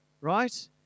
right